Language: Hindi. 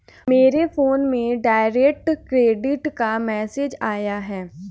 मेरे फोन में डायरेक्ट क्रेडिट का मैसेज आया है